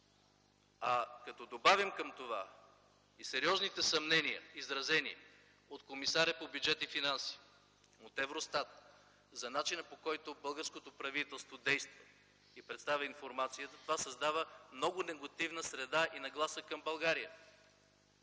А като добавим към това и сериозните съмнения, изразени от комисаря по бюджет и финанси, от Евростат, за начина по който българското правителство действа и представя информацията, това създава много негативна среда и нагласа към България.